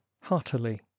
heartily